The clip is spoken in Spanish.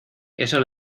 eso